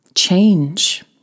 Change